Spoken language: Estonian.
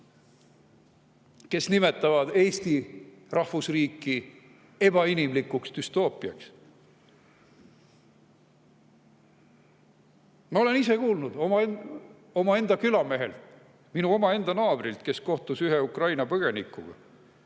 kes nimetavad Eesti rahvusriiki ebainimlikuks düstoopiaks. Ma olen ise kuulnud omaenda küla mehelt, minu naabrilt, kes kohtus ühe Ukraina põgenikuga